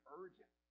urgent